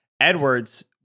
Edwards